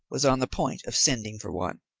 was on the point of sending for one.